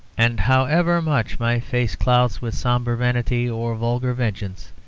and, however much my face clouds with sombre vanity, or vulgar vengeance,